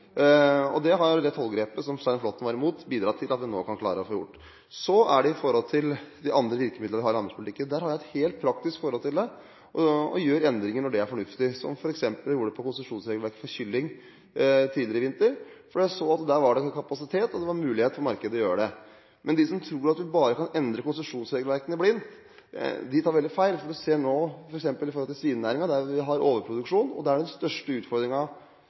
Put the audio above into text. Det har det tollgrepet som Svein Flåtten var imot, bidratt til at vi nå kan klare å få gjort. Så er det de andre virkemidlene vi har i landbrukspolitikken. Jeg har et helt praktisk forhold til det og gjør endringer når det er fornuftig, som jeg f.eks. gjorde på konsesjonsregelverket for kylling tidligere i vinter, hvor jeg så at der var det en kapasitet, og det var mulighet for markedet å gjøre det. Men de som tror at man bare kan endre konsesjonsregelverkene blindt, tar veldig feil, for man ser nå f.eks. i svinenæringen, der vi har overproduksjon, at den største utfordringen i årets oppgjør er